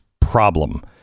problem